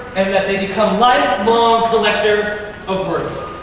and that they become life long collectors of words.